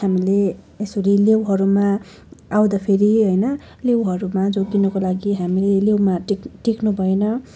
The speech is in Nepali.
हामीले यसरी लेउहरूमा आउँदाखेरि होइन लेउहरूमा जोगिनुको लागि हामीले लेउमा टेक् टेक्नु भएन